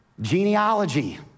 genealogy